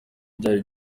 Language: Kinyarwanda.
byari